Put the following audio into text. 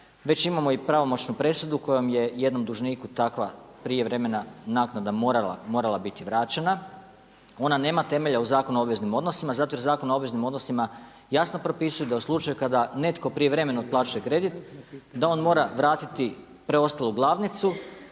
već imamo i pravomoćnu presudu kojom je jednom dužniku takva prijevremena naknada morala biti vraćena, ona nema temelja u Zakonu o obveznim odnosima zato jer Zakon o obveznim odnosima jasno propisuje da u slučaju kada netko prijevremeno otplaćuje kredit da on mora vratiti preostalu glavnicu